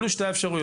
אלו שתי האפשרויות,